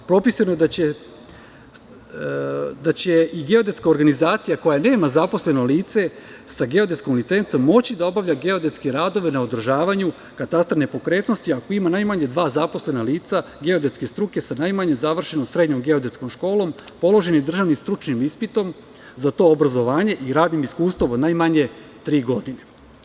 Propisano je da će i geodetska organizacija koja nema zaposleno lice sa geodetskom licencom moći da obavlja geodetske radove na održavanju katastra nepokretnosti, ako ima najmanje dva zaposlena lica geodetske struke sa najmanje završenom srednjom geodetskom školom, položenim državnim stručnim ispitom za to obrazovanje i radnim iskustvom od najmanje tri godine.